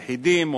יחידים,